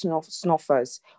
snuffers